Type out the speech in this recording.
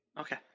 Okay